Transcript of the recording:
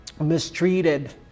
mistreated